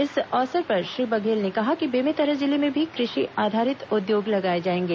इस अवसर पर श्री बघेल ने कहा कि बेमेतरा जिले में भी कृषि आ धारित उद्योग लगाए जाएंगे